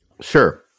Sure